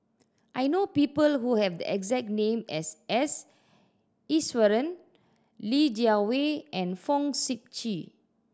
I know people who have exact name as S Iswaran Li Jiawei and Fong Sip Chee